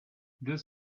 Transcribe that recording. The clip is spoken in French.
deux